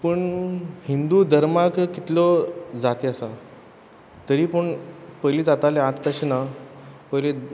पूण हिंदू धर्माक कितल्यो जाती आसा तरी पूण पयलीं जातालें आत तशें ना पयलीं